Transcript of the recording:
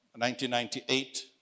1998